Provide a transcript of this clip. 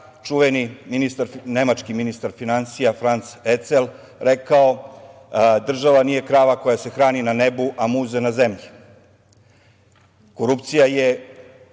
čuveni nemački ministar finansija Franc Ecel rekao – država nije krava koja se hrani na nebu, a muze na zemlji. Korupcija je